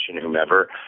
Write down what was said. whomever